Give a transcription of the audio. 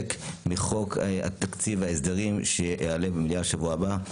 מחוק תקציב ההסדרים שיעלה במליאה בשבוע הבאה,